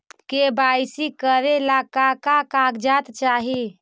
KYC करे ला का का कागजात चाही?